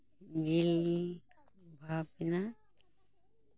ᱡᱤᱞ ᱵᱷᱟᱯ ᱮᱱᱟ